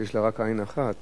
שיש לה רק עין אחת.